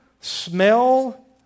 smell